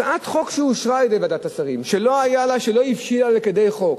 הצעת חוק שאושרה על-ידי ועדת השרים ולא הבשילה לכדי חוק,